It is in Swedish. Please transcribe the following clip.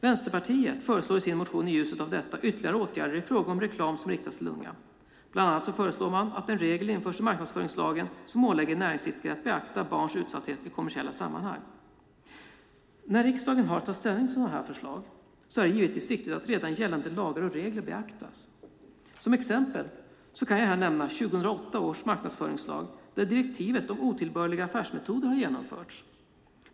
Vänsterpartiet föreslår i sin motion i ljuset av detta ytterligare åtgärder i fråga om reklam som riktas till unga. Bland annat föreslår man att en regel införs i marknadsföringslagen som ålägger näringsidkare att beakta barns utsatthet i kommersiella sammanhang. När riksdagen har att ta ställning till sådana förslag är det givetvis viktigt att redan gällande lagar och regler beaktas. Som exempel kan jag nämna 2008 års marknadsföringslag där direktivet om otillbörliga affärsmetoder har genomförts.